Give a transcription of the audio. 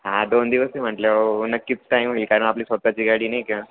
हां दोन दिवस आहे म्हटल्यावर नक्कीच टाईम होईल कारण आपली स्वतःची गाडी नाही का